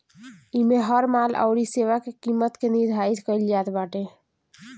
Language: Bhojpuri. इमे हर माल अउरी सेवा के किमत के निर्धारित कईल जात बाटे